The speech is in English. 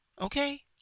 Okay